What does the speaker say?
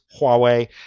huawei